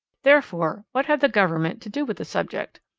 therefore what had the government to do with the subject?